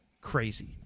crazy